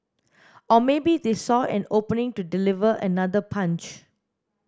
or maybe they saw an opening to deliver another punch